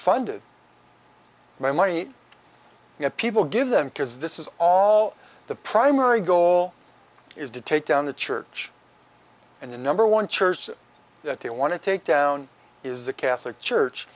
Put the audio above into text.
funded by money you know people give them because this is all the primary goal is to take down the church and the number one church that they want to take down is the catholic church